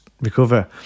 recover